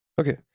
Okay